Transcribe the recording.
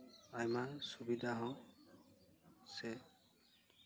ᱟᱭᱢᱟ ᱥᱩᱵᱤᱫᱷᱟ ᱦᱚᱸ ᱥᱮ